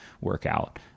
workout